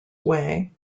way